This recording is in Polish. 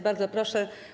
Bardzo proszę.